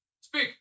Speak